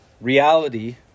reality